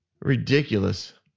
Ridiculous